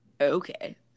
Okay